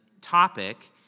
topic